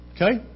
Okay